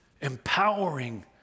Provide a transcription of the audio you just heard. empowering